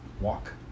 walk